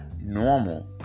normal